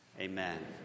Amen